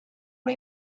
una